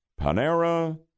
Panera